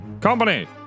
company